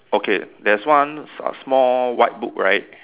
okay there's one s~ small white book right